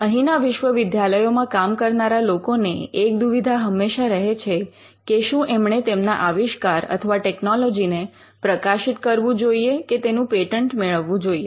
અહીંના વિશ્વવિદ્યાલયોમાં કામ કરનારા લોકોને એક દુવિધા હંમેશા રહે છે કે શું એમણે તેમના આવિષ્કાર અથવા ટેકનોલોજીને પ્રકાશિત કરવું જોઈએ કે તેનું પેટન્ટ મેળવવું જોઈએ